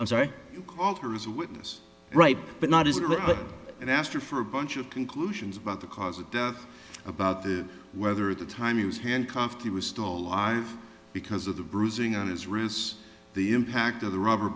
witness right but not as it was and asked her for a bunch of conclusions about the cause of death about the weather at the time he was handcuffed he was stole i have because of the bruising on his wrist the impact of the rubber